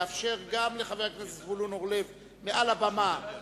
נאפשר גם לחבר הכנסת זבולון אורלב מעל הבמה,